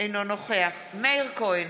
אינו נוכח מאיר כהן,